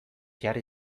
jarri